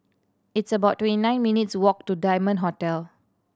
it's about twenty nine minutes' walk to Diamond Hotel